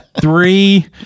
Three